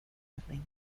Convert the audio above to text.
rentable